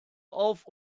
auf